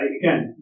again